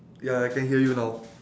ya I can hear you now